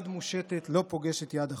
"יד מושטת לא פוגשת יד אחות".